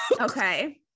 Okay